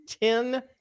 ten